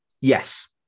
Yes